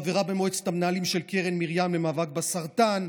חברה במועצת המנהלים של קרן מרים למאבק בסרטן,